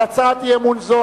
על הצעת אי-אמון זו,